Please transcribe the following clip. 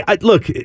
look